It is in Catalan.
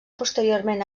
posteriorment